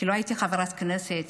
וקבוצת חברי הכנסת,